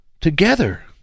together